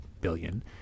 billion